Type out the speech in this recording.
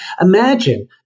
imagine